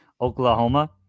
Oklahoma